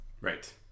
right